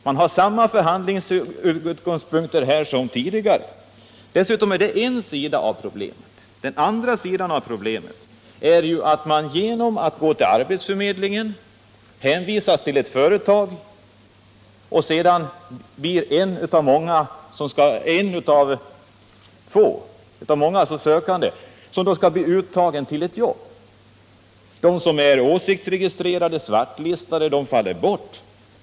Man har samma utgångspunkter vid förhandlingarna som tidigare. Men det är bara ena sidan av problemet. Den andra sidan av problemet är att en person som går till arbetsförmedlingen hänvisas till ett företag och sedan blir en av många sökande till ett jobb. De som är åsiktsregistrerade eller svartlistade faller bort.